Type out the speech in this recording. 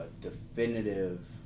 definitive